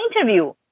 interview